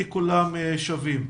כי כולם שווים.